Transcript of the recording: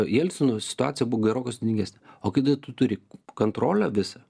jelcino situacija buvo gerokai sudėtingesnė o kada tu turi kontrolę visą